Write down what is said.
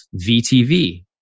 VTV